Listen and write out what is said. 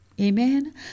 Amen